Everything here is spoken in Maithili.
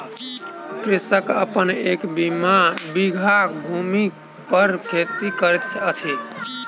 कृषक अपन एक बीघा भूमि पर खेती करैत अछि